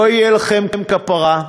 לא תהיה לכם כפרה.